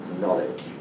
knowledge